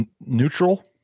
neutral